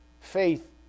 faith